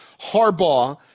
Harbaugh